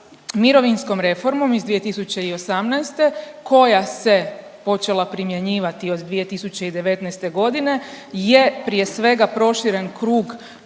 mirovinskom reformom iz 2018. koja se počela primjenjivati od 2019. godine je prije svega proširen krug umirovljenika